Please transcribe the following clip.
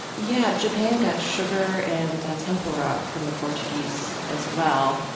yeah japan got sugar and tempura from the portuguese as well.